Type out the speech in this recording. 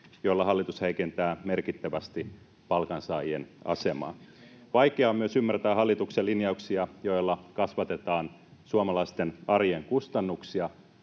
joilla hallitus heikentää merkittävästi palkansaajien asemaa. Vaikea on myös ymmärtää hallituksen linjauksia, joilla kasvatetaan suomalaisten arjen kustannuksia,